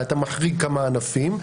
ואתה מחריג כמה ענפים,